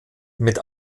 mit